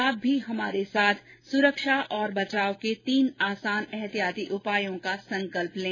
आप भी हमारे साथ सुरक्षा और बचाव के तीन आसान एहतियाती उपायों का संकल्प लें